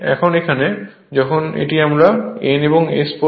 এখন এখানে যখন এটি আমার N এবং S পোল